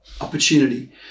opportunity